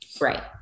Right